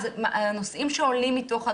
הנושאים שעולים מתוך הדו"ח,